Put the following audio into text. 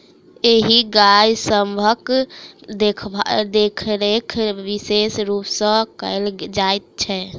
एहि गाय सभक देखरेख विशेष रूप सॅ कयल जाइत छै